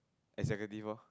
executive lor